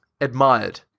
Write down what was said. admired